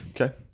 Okay